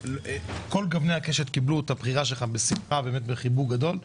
כל גווני הקשת קיבלו את הבחירה שלך בשמחה ובחיבוק גדול.